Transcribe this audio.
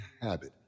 habit